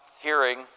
hearing